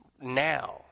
Now